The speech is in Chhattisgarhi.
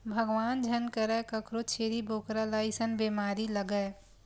भगवान झन करय कखरो छेरी बोकरा ल अइसन बेमारी लगय